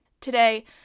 Today